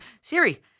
Siri